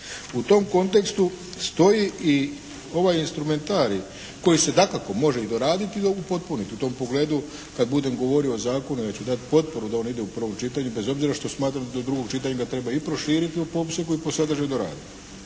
U tom kontekstu stoji i ovaj instrumentarij koji se dakako može i doraditi ili upotpuniti u tom pogledu. Kad budem govorio o zakonu ja ću dati potporu da on ide u prvo čitanje, bez obzira što smatram da do drugog čitanja ga treba i proširiti u tom opsegu i po sadržaju doraditi.